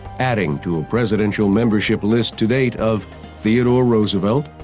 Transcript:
adding to a presidential membership list to date of theodore roosevelt,